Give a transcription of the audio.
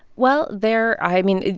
well, they're i mean,